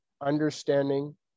understanding